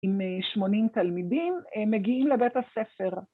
‫עם 80 תלמידים, ‫הם מגיעים לבית הספר.